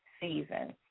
season